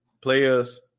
players